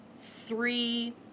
three